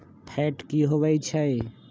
Fat की होवछै?